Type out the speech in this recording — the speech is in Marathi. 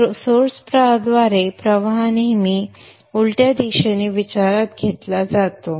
आता सोर्स द्वारे प्रवाह नेहमी उलट दिशेने विचारात घेतला जातो